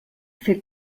fer